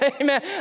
amen